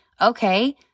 Okay